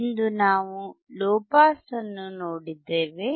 ಇಂದು ನಾವು low pass ಅನ್ನು ನೋಡಿದ್ದೇವೆ